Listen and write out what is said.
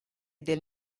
del